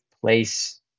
place